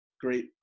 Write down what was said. great